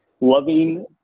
loving